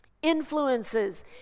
influences